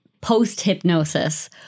post-hypnosis